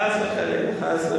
חס וחלילה.